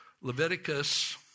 leviticus